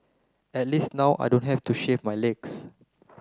at least now I don't have to shave my legs